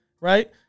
right